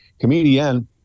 comedian